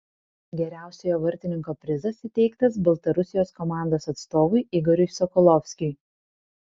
geriausiojo vartininko prizas įteiktas baltarusijos komandos atstovui igoriui sokolovskiui